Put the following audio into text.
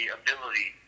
ability